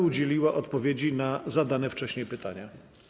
aby udzieliła odpowiedzi na zadane wcześniej pytania.